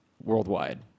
Worldwide